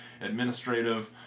administrative